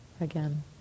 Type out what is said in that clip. again